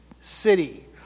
city